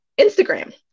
Instagram